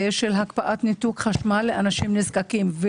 של הקפאת ניתוק חשמל לאנשים נזקקים.